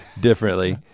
differently